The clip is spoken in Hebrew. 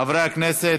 חברי הכנסת.